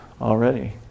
already